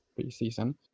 preseason